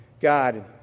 God